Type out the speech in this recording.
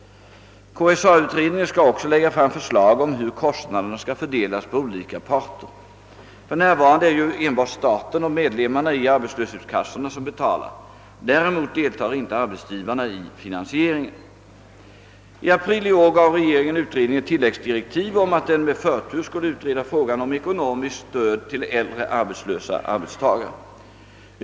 KSA-utredningen skall också lägga fram förslag om hur kostnaderna skall fördelas på olika parter. För närvarande är det ju enbart staten och medlemmarna i arbetslöshetskassorna som betalar. Däremot deltar inte arbetsgivarna i finansieringen. I april i år gav regeringen utredningen tilläggsdirektiv om att den med förtur skulle utreda frågan om ekonomiskt stöd till äldre arbetslösa arbetstagare.